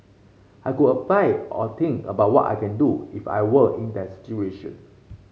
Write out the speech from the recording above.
I could apply or think about what I can do if I were in that situation